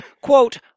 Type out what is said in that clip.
Quote